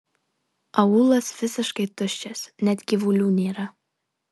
aūlas visiškai tuščias net gyvulių nėra